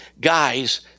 guys